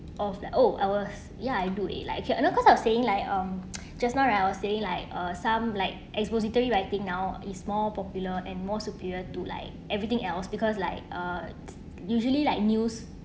of the oh I was ya I do it like okay you know cause I was saying like um just now right I was say like uh some like expository writing now is more popular and more superior to like everything else because like uh usually like news